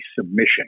submission